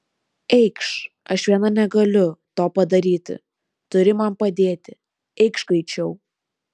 eikš aš viena negaliu to padaryti turi man padėti eikš greičiau